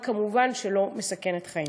וכמובן בצורה שלא מסכנת חיים.